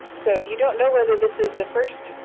so, you don't know whether this is the first,